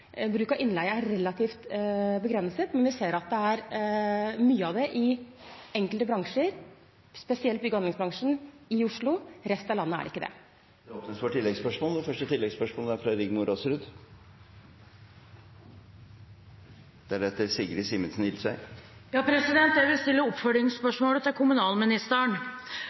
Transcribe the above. Bruk av innleie er relativt begrenset, men vi ser at det er mye av det i enkelte bransjer, spesielt i bygge- og anleggsbransjen i Oslo. I resten av landet er det ikke det. Det blir gitt anledning til oppfølgingsspørsmål – først Rigmor Aasrud. Jeg vil stille oppfølgingsspørsmålet til kommunalministeren,